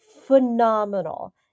phenomenal